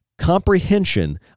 comprehension